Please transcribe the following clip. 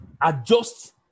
adjust